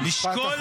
כל היום